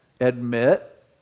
Admit